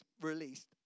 released